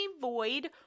void